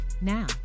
Now